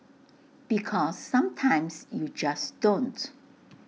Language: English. because sometimes you just don't